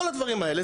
בכל הדברים האלה,